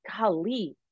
golly